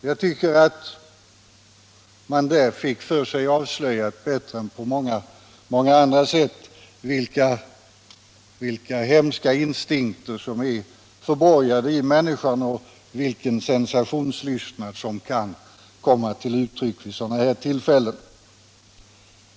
Jag tycker att man där fick avslöjat för sig bättre än på många andra sätt vilka hemska instinkter som är förborgade i människan och vilken sensationslystnad som kan komma till uttryck vid sådana här tillfällen.